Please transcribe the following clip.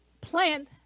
plant